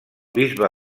bisbe